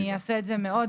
שלום, אדוני, תודה רבה.